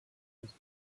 des